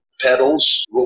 pedals